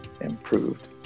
improved